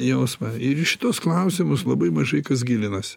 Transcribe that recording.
jausmą ir į šiuos klausimus labai mažai kas gilinasi